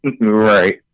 Right